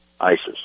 ISIS